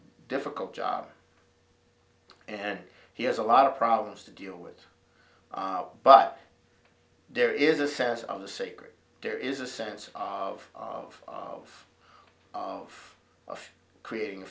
difficult job and he has a lot of problems to deal with but there is a sense of the sacred there is a sense of of of of creating